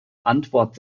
antwort